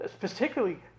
particularly